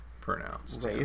pronounced